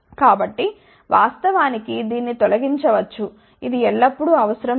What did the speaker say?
కాబట్టి వాస్తవానికి దీన్ని తొలగించవచ్చు ఇది ఎల్లప్పుడూ అవసరం లేదు